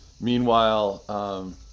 meanwhile